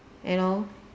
you know